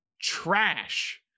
trash